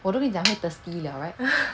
我都跟你讲我会 thirsty liao right